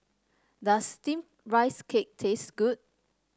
does steamed Rice Cake taste good